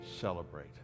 celebrate